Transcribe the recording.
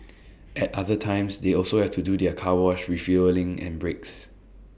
at other times they also have to do their car wash refuelling and breaks